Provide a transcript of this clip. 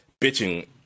bitching